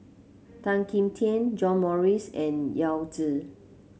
Tan Kim Tian John Morrice and Yao Zi